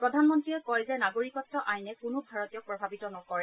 প্ৰধানমন্ত্ৰীয়ে কয় যে নাগৰিকত্ব আইনে কোনো ভাৰতীয়ক প্ৰভাৱিত নকৰে